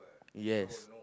yes